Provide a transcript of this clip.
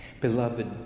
Beloved